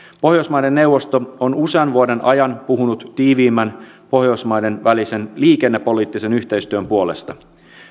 pohjoismaiden neuvosto on usean vuoden ajan puhunut tiiviimmän pohjoismaiden välisen liikennepoliittisen yhteistyön puolesta